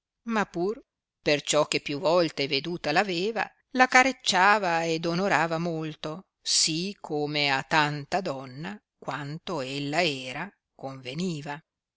ma pur perciò che più volte veduta l aveva la carecciava ed onorava molto sì come a tanta donna quanto ella era conveniva